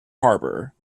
harbor